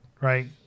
right